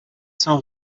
sans